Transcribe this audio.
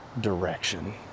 direction